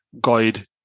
guide